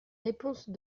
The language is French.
réponses